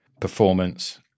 performance